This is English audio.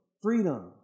Freedom